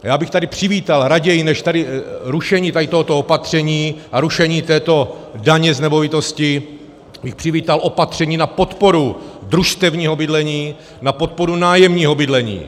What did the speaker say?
Já bych tady přivítal raději než rušení tady tohoto opatření a rušení této daně z nemovitosti opatření na podporu družstevního bydlení, na podporu nájemního bydlení.